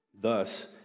Thus